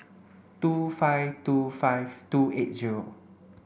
two five two five two eight zero